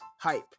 hype